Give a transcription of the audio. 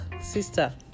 Sister